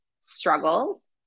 struggles